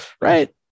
right